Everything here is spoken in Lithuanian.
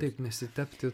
taip nesitepti